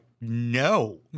no